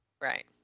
Right